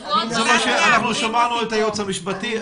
שמענו את היועצת המשפטית.